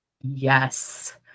yes